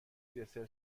دسر